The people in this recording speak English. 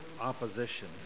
opposition